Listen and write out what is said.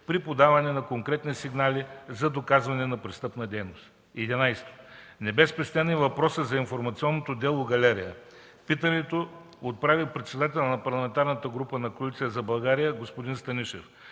при подаване на конкретни сигнали за доказване на престъпна дейност. 11. Не бе спестен и въпросът за информационното дело „Галерия”. Питането отправи председателят на Парламентарната група на Коалиция за България господин Станишев.